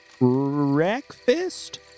breakfast